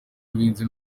y’ubuhinzi